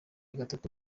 gatatu